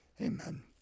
amen